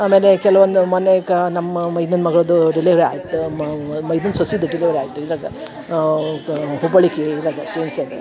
ಆಮೇಲೆ ಕೆಲವೊಂದು ಮೊನ್ನೆ ಕಾ ನಮ್ಮ ಮೈದ್ನಂದು ಮಗಳದ್ದು ಡೆಲಿವರಿ ಆಯ್ತ ಮೈದ್ನಂದು ಸೊಸೆದು ಡೆಲಿವರಿ ಆಯ್ತ ಇದ್ರಗ ಗಾ ಹುಬ್ಬಳ್ಳಿ ಕೇ ಇರಾಗ ಕೆ ಎಮ್ ಸಿಯಾಗ